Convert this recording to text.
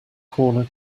corner